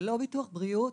ללא ביטוח בריאות,